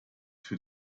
für